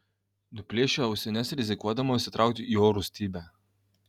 nuplėšiu ausines rizikuodama užsitraukti jo rūstybę